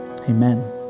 Amen